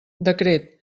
decret